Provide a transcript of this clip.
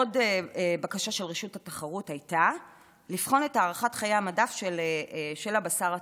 עוד בקשה של רשות התחרות הייתה לבחון את הארכת חיי המדף של הבשר הטרי.